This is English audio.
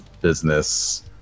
business